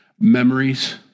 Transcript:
memories